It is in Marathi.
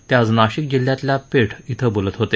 ते आज नाशिक जिल्ह्यातल्या पेठ इथं बोलत होते